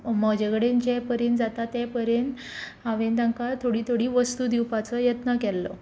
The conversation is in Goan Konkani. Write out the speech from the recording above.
म्हजे कडेन जे परेन जाता ते परेन हांवें तांकां थोडी थोडी वस्तू दिवपाचो यत्न केल्लो